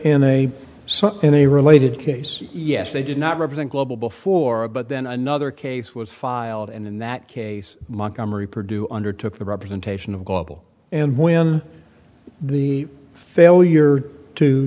some in a related case yes they did not represent global before but then another case was filed and in that case montgomery purdue undertook the representation of global and when the failure to